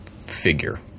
figure